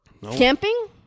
camping